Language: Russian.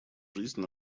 жизнь